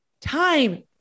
Time